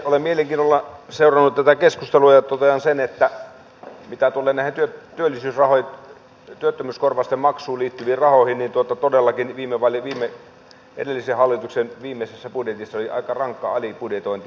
olen mielenkiinnolla seurannut tätä keskustelua ja totean sen että mitä tulee näihin työttömyyskorvausten maksuun liittyviin rahoihin niin todellakin edellisen hallituksen viimeisessä budjetissa oli aika rankka alibudjetointi